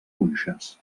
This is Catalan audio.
punxes